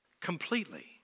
Completely